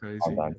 Crazy